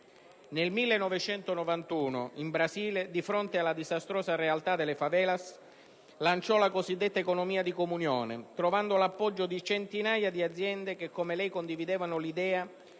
Nel 1991 in Brasile, di fronte alla disastrosa realtà delle *favelas* lanciò la cosiddetta economia di comunione, trovando l'appoggio di centinaia di aziende che, come lei, condividevano l'idea